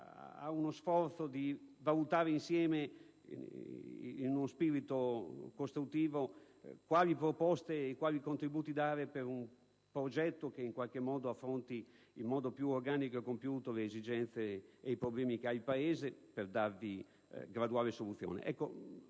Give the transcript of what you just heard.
uno sforzo per valutare insieme, in uno spirito costruttivo, quali proposte e quale contributo offrire per predisporre un progetto che affronti in modo più organico e compiuto le esigenze e i problemi che ha il Paese, per darvi graduale soluzione.